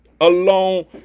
alone